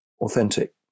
authentic